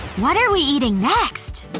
what are we eating next?